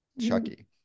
Chucky